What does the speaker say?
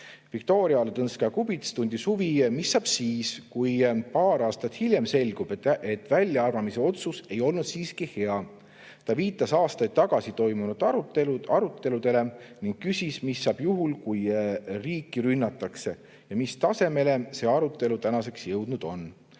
Viktoria Ladõnskaja-Kubits tundis huvi, mis saab siis, kui paar aastat hiljem selgub, et väljaarvamise otsus ei olnud siiski hea. Ta viitas aastaid tagasi toimunud aruteludele ning küsis, mis saab juhul, kui riiki rünnatakse, ja mis tasemele see arutelu tänaseks jõudnud on.